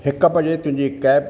हिकु बजे तुंहिंजी कैब